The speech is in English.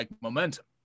momentum